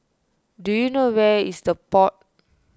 do you know where is the Pod